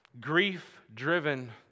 grief-driven